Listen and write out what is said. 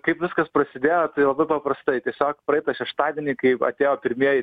kaip viskas prasidėjo tai labai paprastai tiesiog praeitą šeštadienį kaip atėjo pirmieji